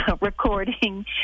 recording